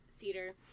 theater